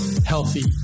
healthy